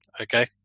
Okay